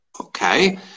okay